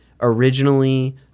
originally